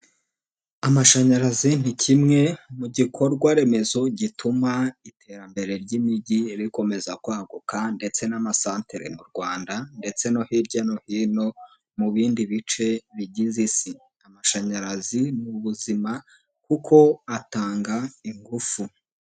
Amashanyarazi ni kimwe mu gikorwa remezo gituma iterambere ry'imijyi rikomeza kwaguka ndetse n'amasantere mu Rwanda ndetse no hirya no hino, mu bindi bice bigize Isi, amashanyarazi mu buzima kuko atanga ingufu.